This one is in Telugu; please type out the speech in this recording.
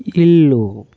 ఇల్లు